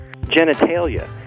genitalia